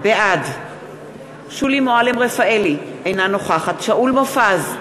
בעד שולי מועלם-רפאלי, אינה נוכחת שאול מופז,